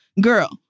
Girl